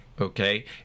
Okay